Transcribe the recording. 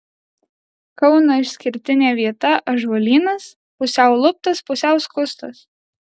kauno išskirtinė vieta ąžuolynas pusiau luptas pusiau skustas